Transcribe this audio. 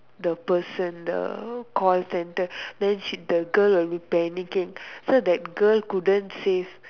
the person the call centre then she the girl will be panicking so that girl couldn't save